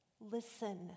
listen